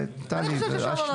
אני חושבת שאפשר לא להצביע.